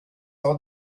all